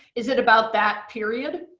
is it about that period?